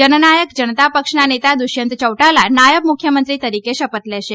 જનનાયક જનતા પક્ષના નેતા દુષ્યંત ચૌટાલા નાયબ મુખ્યમંત્રી તરીકે શપથ લેશે